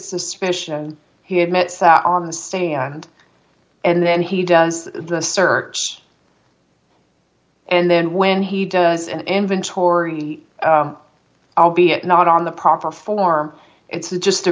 suspicion he admits that on the stage and then he does the search and then when he does an inventory albeit not on the proper form it's just a